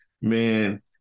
Man